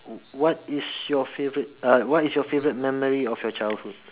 what is your favourite uh what is your favourite memory of your childhood